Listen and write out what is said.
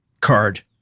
card